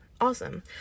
Awesome